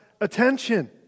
attention